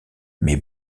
mais